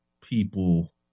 people